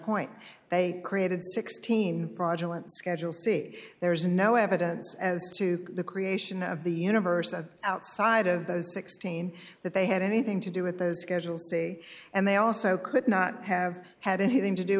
point they created sixteen fraudulent schedule c there is no evidence as to the creation of the universe of outside of those sixteen that they had anything to do with those schedule say and they also could not have had anything to do